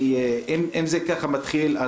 אם זה ככה מתחיל,